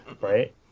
Right